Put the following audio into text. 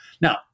Now